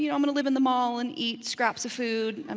you know i'm gonna live in the mall and eat scraps of food, um